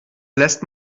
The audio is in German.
lässt